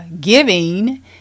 giving